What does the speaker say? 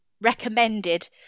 recommended